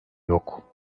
yok